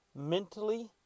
mentally